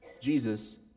Jesus